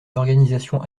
l’organisation